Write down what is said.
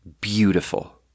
beautiful